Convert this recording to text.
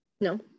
No